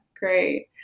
Great